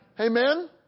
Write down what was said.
Amen